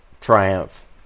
triumph